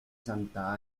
santa